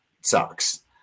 sucks